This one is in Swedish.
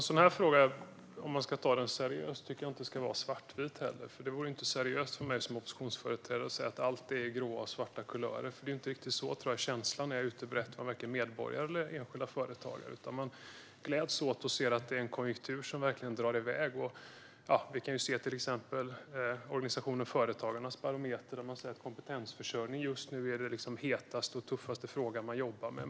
Herr talman! Om man ska ta en sådan här fråga seriöst ska det inte vara svart eller vitt. Det vore inte seriöst av mig som oppositionsföreträdare att säga att allt är i grå eller svarta kulörer. Det är inte den utbredda känslan, varken hos medborgare eller hos enskilda företagare. Man gläds åt och ser en konjunktur som verkligen drar i väg. I till exempel organisationen Företagarnas barometer säger man att kompetensförsörjning är den hetaste och tuffaste förmågan att jobba med just nu.